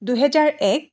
দুহেজাৰ এক